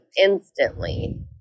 instantly